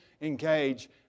engage